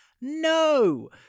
no